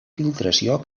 filtració